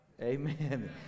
Amen